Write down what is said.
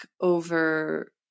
over